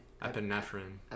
Epinephrine